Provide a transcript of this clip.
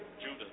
Judah